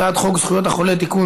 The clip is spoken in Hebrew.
הצעת חוק זכויות החולה (תיקון,